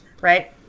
Right